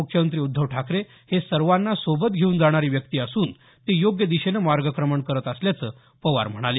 मुख्यमंत्री उद्धव ठाकरे हे सर्वांना सोबत घेऊन जाणारी व्यक्ती असून ते योग्य दिशेने मार्गक्रमण करत असल्याचं पवार म्हणाले